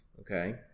okay